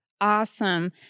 Awesome